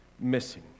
missing